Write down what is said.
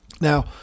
Now